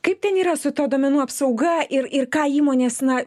kaip ten yra su ta duomenų apsauga ir ir ką įmonės na